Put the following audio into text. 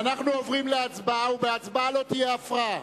אנחנו עוברים להצבעה, ובהצבעה לא תהיה הפרעה.